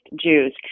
Jews